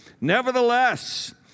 Nevertheless